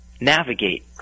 navigate